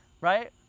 right